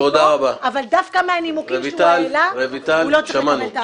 אבל דווקא מהנימוקים שהוא העלה הוא לא צריך לקבל את ההחלטה הזו.